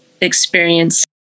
experience